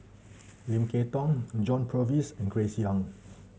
Lim Kay Tong John Purvis and Grace Young